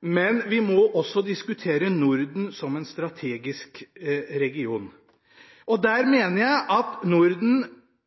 men vi må også diskutere Norden som en strategisk region. Der mener jeg at Norden